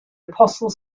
apostle